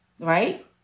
right